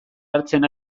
hartzen